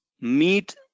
meet